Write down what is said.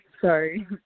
Sorry